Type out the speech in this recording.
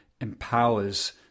empowers